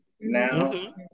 now